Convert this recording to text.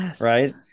Right